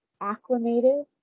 acclimated